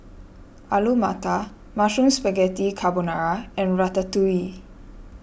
Alu Matar Mushroom Spaghetti Carbonara and Ratatouille